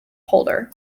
holder